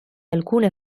alcune